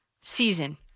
season